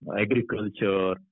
agriculture